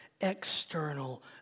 external